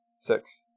Six